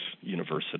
university